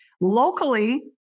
locally